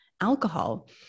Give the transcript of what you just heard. alcohol